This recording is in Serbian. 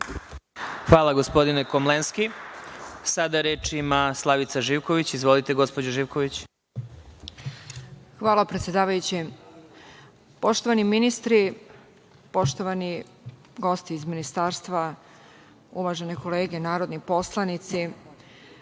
Hvala, gospodine Komlenski. Sada reč ima, Slavica Živković. Izvolite. **Slavica Živković** Hvala, predsedavajući. Poštovani ministri, poštovani gosti iz ministarstva, uvažene kolege narodni poslanici,